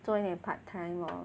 做一点 part time lor